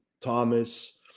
Thomas